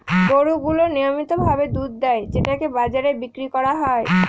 গরু গুলো নিয়মিত ভাবে দুধ দেয় যেটাকে বাজারে বিক্রি করা হয়